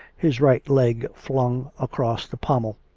his right leg flung across the pommel,